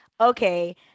okay